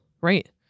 Right